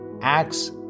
acts